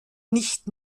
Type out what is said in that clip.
nicht